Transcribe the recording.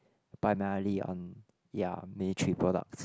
primarily on ya military products